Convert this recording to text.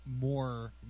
more